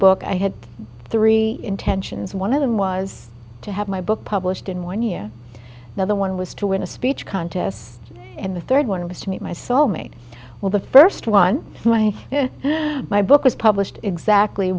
book i had three intentions one of them was to have my book published in one year the other one was to win a speech contest and the third one was to meet my soulmate well the first one my my book was published exactly